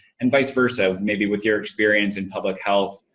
and vice versa. maybe with your experience in public health,